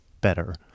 better